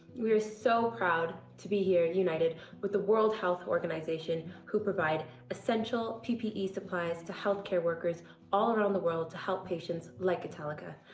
we are so proud to be here united with the world health organization, who provide essential p p e. supplies to health care workers all around the world, to help patients like italica.